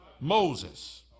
Moses